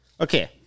Okay